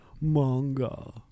Manga